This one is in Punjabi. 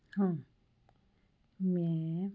ਹਾਂ ਮੈਂ